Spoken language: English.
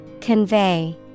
Convey